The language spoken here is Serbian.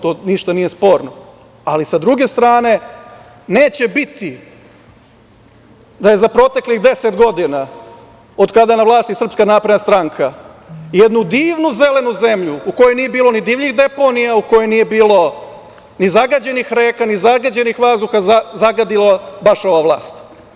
To ništa nije sporno, ali, s druge strane, neće biti da je za proteklih 10 godina, od kada je na vlasti SNS, jednu divnu zelenu zemlju u kojoj nije bilo ni divljih deponija, u kojoj nije bilo ni zagađenih reka, ni zagađenog vazduh, zagadila baš ova vlast.